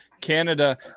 Canada